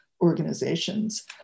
organizations